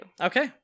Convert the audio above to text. Okay